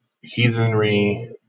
heathenry